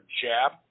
jab